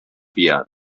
fiar